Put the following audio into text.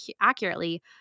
accurately